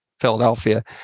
Philadelphia